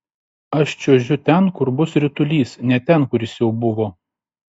aš čiuožiu ten kur bus ritulys ne ten kur jis jau buvo